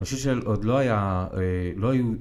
משהו של עוד לא היה